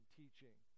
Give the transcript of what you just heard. teaching